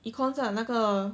econs lah 那个